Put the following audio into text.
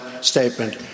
statement